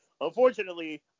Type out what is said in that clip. Unfortunately